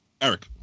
Eric